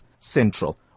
central